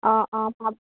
অঁ অঁ পাব